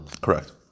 Correct